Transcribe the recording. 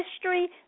history